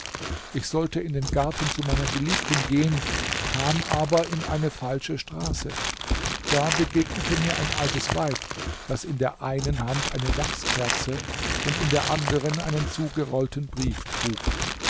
ich sollte in den garten zu meiner geliebten gehen kam aber in eine falsche straße da begegnete mir ein altes weib das in der einen hand eine wachskerze und in der anderen einen zugerollten brief trug